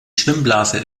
schwimmblase